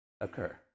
occur